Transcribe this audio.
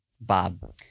Bob